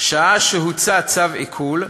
"שעה שהוצא צו עיקול,